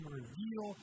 reveal